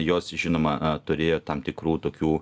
jos žinoma turėjo tam tikrų tokių